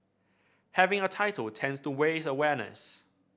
having a title tends to raise awareness